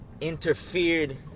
interfered